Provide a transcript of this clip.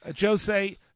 jose